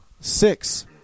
Six